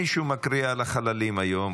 מישהו מקריא על החללים היום,